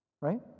Right